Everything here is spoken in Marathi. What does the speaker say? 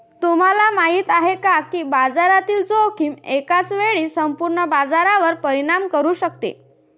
तुम्हाला माहिती आहे का की बाजारातील जोखीम एकाच वेळी संपूर्ण बाजारावर परिणाम करू शकते?